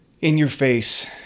in-your-face